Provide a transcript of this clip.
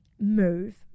move